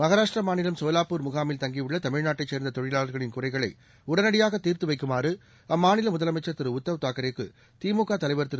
மகாராஷ்டிரா மாநிலம் சோலாப்பூர் முகாமில் தங்கியுள்ள தமிழ்நாட்டை சேர்ந்த தொழிலாளர்களின் குறைகளை உடனடியாக தீர்த்து வைக்குமாறு அம்மாநில முதலமைச்சா் திரு உத்தவ் தாக்கரேவுக்கு திமுக தலைவர் திரு